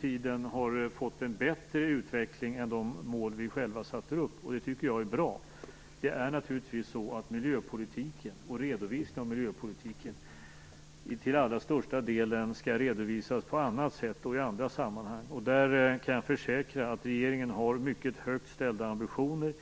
tiden har fått en utveckling som är bättre än vad vi själva satte upp som mål. Det tycker jag är bra. Miljöpolitiken skall naturligtvis till allra största delen redovisas på annat sätt och i andra sammanhang. Jag kan försäkra att regeringen har mycket högt ställda ambitioner.